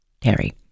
Terry